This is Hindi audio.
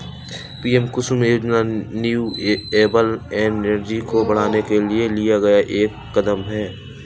पी.एम कुसुम योजना रिन्यूएबल एनर्जी को बढ़ाने के लिए लिया गया एक कदम है